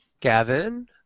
Gavin